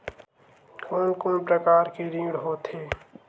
कोन कोन प्रकार के ऋण होथे?